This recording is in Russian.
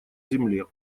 земле